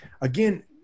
again